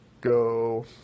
go